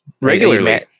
regularly